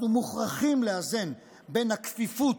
אנחנו מוכרחים לאזן בין הכפיפות,